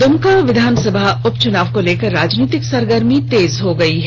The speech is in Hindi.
दुमका विधानसभा उपचुनाव को लेकर राजनीतिक सरगर्मी तेज हो गयी है